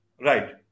Right